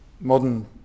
modern